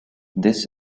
this